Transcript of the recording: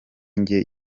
njye